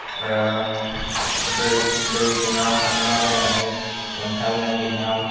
दै दै सिङाव थाखुमालायनानै अन्थाइ नागिरनाय